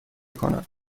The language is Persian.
کند